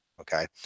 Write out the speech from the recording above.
okay